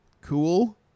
cool